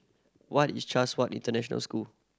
what is Chatsworth International School